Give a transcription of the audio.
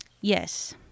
Yes